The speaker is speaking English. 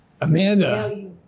Amanda